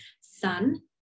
sun